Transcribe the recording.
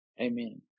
Amen